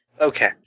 Okay